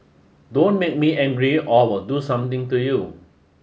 don't make me angry or I will do something to you